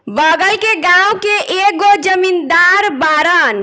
बगल के गाँव के एगो जमींदार बाड़न